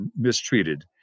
mistreated